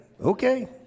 Okay